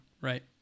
Right